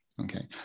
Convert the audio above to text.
okay